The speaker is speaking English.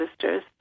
sisters